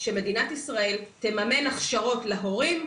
שמדינת ישראל תממן הכשרות להורים,